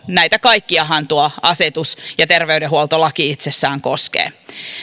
näitä kaikkiahan tuo asetus ja terveydenhuoltolaki itsessään koskevat